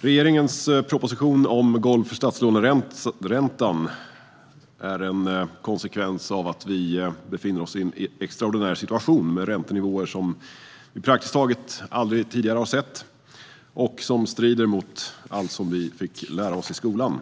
Regeringens proposition om golv för statslåneräntan är en konsekvens av att vi befinner oss i en extraordinär situation med räntenivåer som vi praktiskt taget aldrig tidigare har sett och som strider mot allt som vi fick lära oss i skolan.